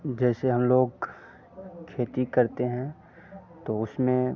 जैसे हम लोग खेती करते हैं तो उसमें